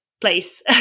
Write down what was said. place